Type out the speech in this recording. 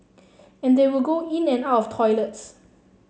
and they will go in and out of toilets